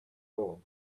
all